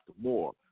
more